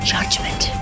Judgment